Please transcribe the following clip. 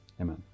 amen